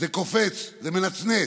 זה קופץ, זה מנצנץ.